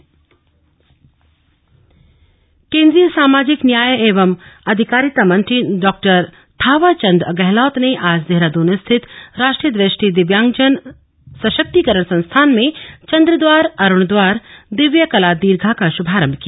थावरचंद गहलोत केंद्रीय सामाजिक न्याय एवं अधिकारिता मंत्री डॉ थावरचंद गहलोत ने आज देहरादून स्थित राष्ट्रीय दृष्टि दिव्यांगजन सशक्तिकरण संस्थान में चंद्र द्वार अरुण द्वार दिव्य कला दीर्घा का शुभारंभ किया